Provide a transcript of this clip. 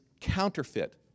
counterfeit